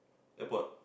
airport